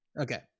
Okay